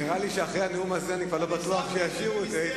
אחרי הנאום הזה אני כבר לא בטוח שישאירו את זה.